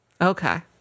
okay